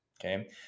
Okay